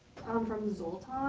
um from zoltan.